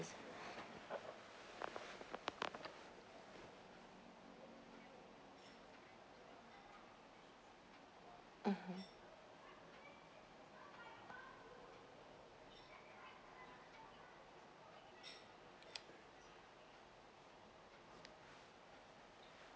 mmhmm